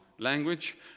Language